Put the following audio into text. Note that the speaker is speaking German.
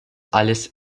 alles